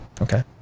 Okay